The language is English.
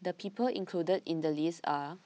the people included in the list are